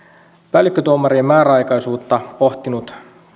päällikkötuomarien määräaikaisuutta pohtinut